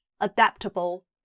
adaptable